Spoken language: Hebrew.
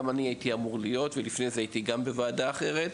גם אני הייתי אמור להיות בעוד מקום ולפני זה גם הייתי בוועדה אחרת,